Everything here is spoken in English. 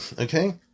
Okay